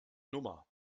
nummer